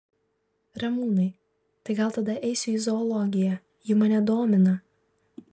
ramūnai tai gal tada eisiu į zoologiją ji mane domina